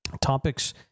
topics